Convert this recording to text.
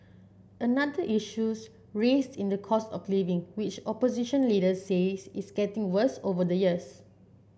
another issues raised in the cost of living which opposition leaders says is getting worse over the years